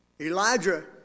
Elijah